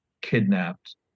kidnapped